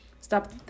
stop